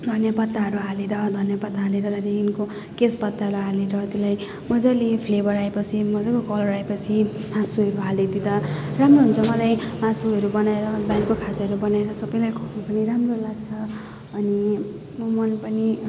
धनियाँ पत्ताहरू हालेर धनियाँ पात हालेर त्यहाँदेखिको केशपत्ताहरू हालेर त्यसलाई मजाले फ्लेभर आएपछि मजाको कलर आएपछि मासुहरू हालिदिँदा राम्रो हुन्छ मलाई मासुहरू बनाएर बिहानको खाजाहरू बनाएर सबैलाई खुवाउनु पनि राम्रो लाग्छ अनि मन पनि